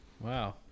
Wow